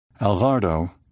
Alvardo